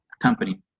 Company